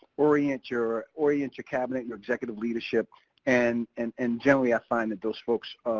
orient your orient your cabinet, your executive leadership. and and and generally i find that those folks,